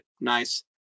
nice